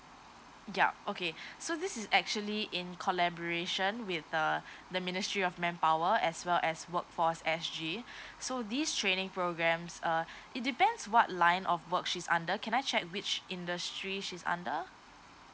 yup okay so this is actually in collaboration with the the ministry of manpower as well as workforce S_G so these training programs uh it depends what line of work she's under can I check which industry she's under